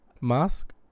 Mask